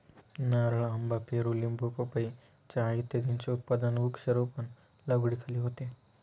नारळ, आंबा, पेरू, लिंबू, पपई, चहा इत्यादींचे उत्पादन वृक्षारोपण लागवडीखाली होते